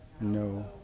No